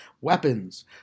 weapons